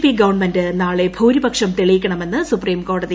P government നാളെ ഭൂരിപക്ഷം തെളിയിക്കണമെന്ന് സുപ്രീംകോടതി